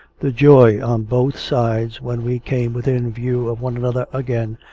the joy on both sides when we came within view of one another again,